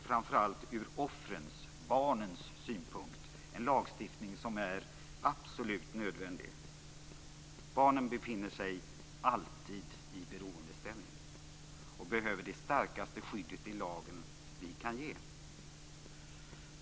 Framför allt ur offrens, barnens, synpunkt är detta en lagstiftning som är absolut nödvändig. Barnen befinner sig alltid i beroendeställning. De behöver det starkaste skydd i lagen som vi kan ge.